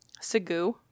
Segu